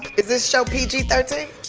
is this show pg thirteen?